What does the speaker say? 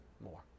more